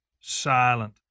silent